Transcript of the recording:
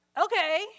okay